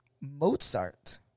Mozart